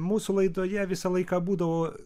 mūsų laidoje visą laiką būdavo